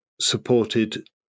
supported